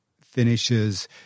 finishes